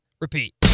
repeat